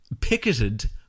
picketed